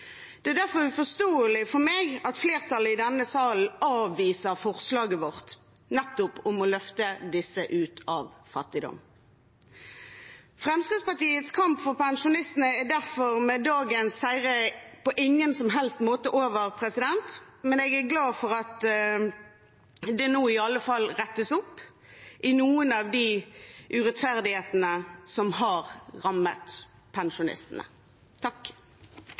Det er derfor uforståelig for meg at flertallet i denne salen avviser forslaget vårt om å løfte nettopp disse ut av fattigdom. Fremskrittspartiets kamp for pensjonistene er derfor med dagens seire på ingen som helst måte over, men jeg glad for at det nå i alle fall rettes opp i noen av de urettferdighetene som har rammet pensjonistene.